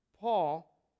Paul